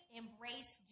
embrace